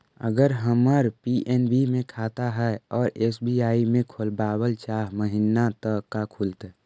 अगर हमर पी.एन.बी मे खाता है और एस.बी.आई में खोलाबल चाह महिना त का खुलतै?